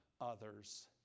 others